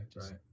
right